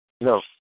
No